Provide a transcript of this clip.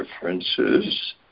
differences